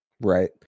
right